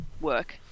work